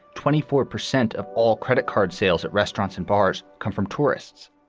twenty four percent of all credit card sales at restaurants and bars come from tourists.